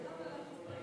הלילה.